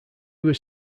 was